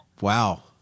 Wow